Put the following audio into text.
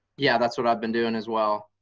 yeah that's what i've been doing as well.